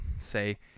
say